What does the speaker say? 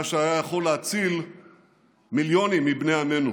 מה שהיה יכול להציל מיליונים מבני עמנו.